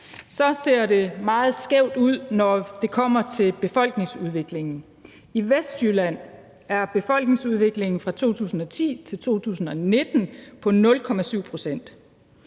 ser det meget skævt ud, når det kommer til befolkningsudviklingen. I Vestjylland er befolkningsudviklingen fra 2010-2019 på 0,7 pct.